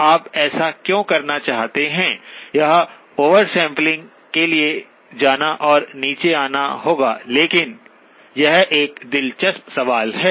आप ऐसा क्यों करना चाहते हैं जब ओवरसैंपलिंग के लिए जाना और नीचे आना होगा लेकिन यह एक दिलचस्प सवाल है